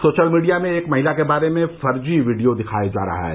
social media में एक महिला के बारे में फर्जी वीडियो दिखाया जा रहा है